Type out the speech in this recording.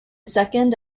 second